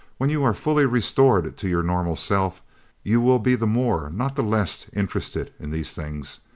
when you are fully restored to your normal self you will be the more not the less interested in these things,